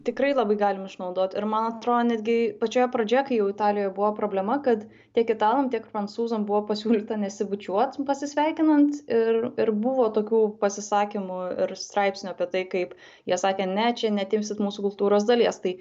tikrai labai galim išnaudot ir man atrodo netgi pačioje pradžioje kai jau italijoj buvo problema kad tiek italam tiek prancūzam buvo pasiūlyta nesibučiuot pasisveikinant ir ir buvo tokių pasisakymų ir straipsnių apie tai kaip jie sakė ne čia neatimsit mūsų kultūros dalies tai